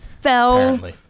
Fell